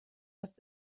است